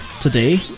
today